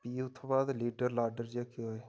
फ्ही उत्थुं बाद लीडर लाडर जेह्के होऐ